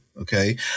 okay